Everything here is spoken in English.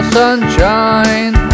sunshine